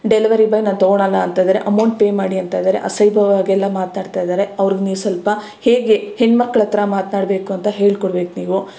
delivery boy ನಾನು ತಗೋಳಲ್ಲ ಅಂತ ಇದ್ದಾರೆ ಅಮೌಂಟ್ ಪೇ ಮಾಡಿ ಅಂತ ಇದ್ದಾರೆ ಅಸೈವಾಗೆಲ್ಲ ಮಾತಾಡ್ತಯಿದ್ದಾರೆ ಅವ್ರಿಗೆ ನೀವು ಸ್ವಲ್ಪ ಹೇಗೆ ಹೆಣ್ಣುಮಕ್ಳ ಹತ್ತಿರ ಹೇಗೆ ಮಾತನಾಡ್ಬೇಕು ಅಂತ ಹೇಳಿಕೊಡ್ಬೇಕ್ ನೀವು